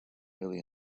early